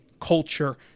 culture